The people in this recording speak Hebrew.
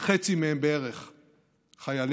חצי מהם בערך חיילים,